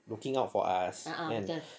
looking out for us and